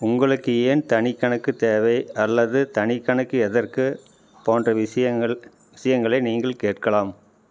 உங்களுக்கு ஏன் தனிக் கணக்கு தேவை அல்லது தனிக் கணக்கு எதற்கு போன்ற விஷயங்கள் விஷயங்களை நீங்கள் கேட்கலாம்